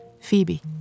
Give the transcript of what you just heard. Phoebe